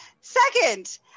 Second